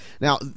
Now